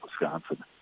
Wisconsin